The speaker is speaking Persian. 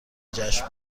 جشن